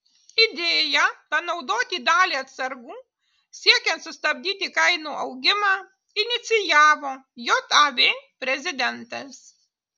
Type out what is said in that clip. idėją panaudoti dalį atsargų siekiant sustabdyti kainų augimą inicijavo jav prezidentas